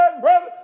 brother